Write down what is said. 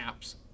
apps